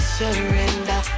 surrender